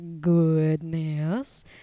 goodness